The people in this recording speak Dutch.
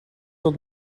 wat